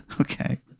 Okay